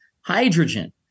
Hydrogen